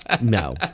no